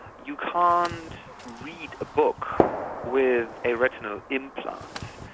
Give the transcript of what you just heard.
you can't read a book with a retinal implant.